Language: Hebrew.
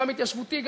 גם התיישבותי,